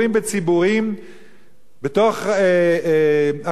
אפילו בשידורים ממלכתיים,